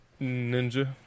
Ninja